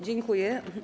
Dziękuję.